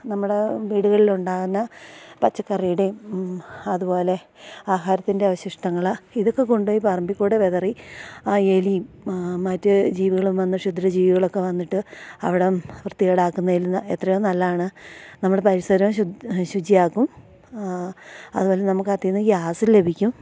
നമ്മുടെ വീടുകളിൽ ഉണ്ടാകുന്ന പച്ചക്കറീടേം അത്പോലെ ആഹാരത്തിൻ്റെ അവശിഷ്ടങ്ങൾ ഇതൊക്കെ കൊണ്ടോയി പറമ്പിക്കൂടെ വിതറി ആ എലിയും മറ്റ് ജീവികളും വന്ന് ശുദ്രജീവികളൊക്കെ വന്നിട്ട് അവടം വൃത്തികേടാക്കുന്നതിൽ നിന്ന് എത്രയോ നല്ലതാണ് നമ്മുടെ പരിസരം ശുചിയാക്കും അത്പോലെ നമുക്ക് അതീന്ന് ഗ്യാസ് ലഭിക്കും